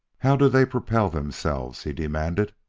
how do they propel themselves? he demanded.